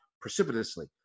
precipitously